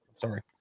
Sorry